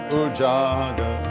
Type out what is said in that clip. ujaga